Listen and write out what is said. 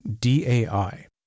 D-A-I